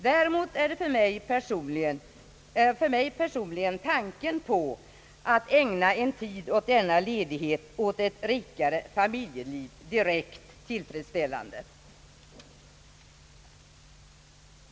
Däremot är för mig personligen tanken på att ägna en tid av denna ledighet åt ett rikare familjeliv direkt tilltalande.